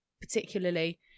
particularly